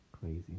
crazy